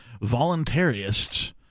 voluntarists